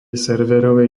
serverovej